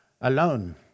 alone